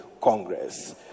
Congress